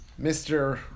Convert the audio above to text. Mr